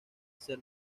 ser